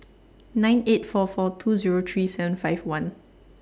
nine eight four four two Zero three seven five one